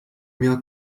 mir